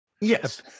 Yes